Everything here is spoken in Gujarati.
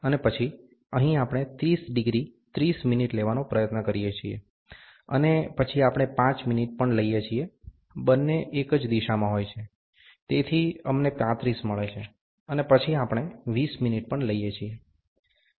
અને પછી અહીં આપણે 30 ડિગ્રી 30 મિનિટ લેવાનો પ્રયત્ન કરીએ છીએ અને પછી આપણે 5 મિનિટ પણ લઈએ છીએ બંને એક જ દિશામાં હોય છે તેથી અમને 35 મળે છે અને પછી આપણે 20 મિનિટ પણ લઈએ છીએ